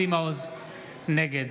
נגד